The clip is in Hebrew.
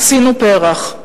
עשינו פר"ח"